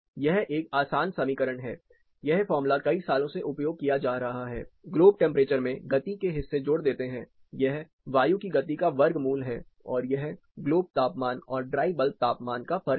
यह एक आसान समीकरण है यह फार्मूला कई सालों से उपयोग किया जा रहा है ग्लोब टेंपरेचर में गति के हिस्से जोड़ देते हैं यह वायु की गति का वर्गमूल है और यह ग्लोब तापमान और ड्राई बल्ब तापमान का फर्क है